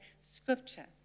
scripture